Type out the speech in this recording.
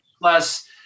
Plus